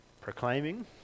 Proclaiming